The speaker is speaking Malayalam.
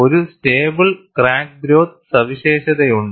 ഒരു സ്റ്റേബിൾ ക്രാക്ക് ഗ്രോത്ത് സവിശേഷതയുണ്ട്